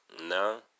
No